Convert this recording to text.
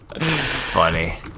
Funny